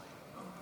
אני לא יודע אם